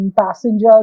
passengers